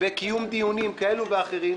בקיום דיונים כאלו ואחרים,